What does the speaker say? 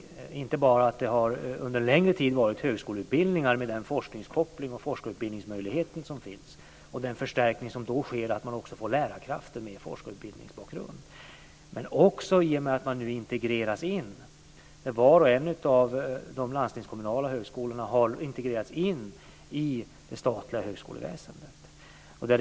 Det är inte bara fråga om att de under en längre tid har varit högskoleutbildningar med de forskningsmöjligheter som finns och den förstärkning som sker i form av lärarkrafter med forskningsbakgrund, men också att var och en av de landstingskommunala högskolorna har integrerats in i det statliga högskoleväsendet.